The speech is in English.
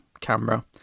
camera